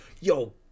yo